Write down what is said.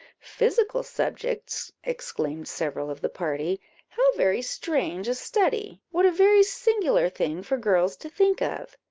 physical subjects! exclaimed several of the party how very strange a study! what a very singular thing for girls to think of!